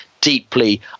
deeply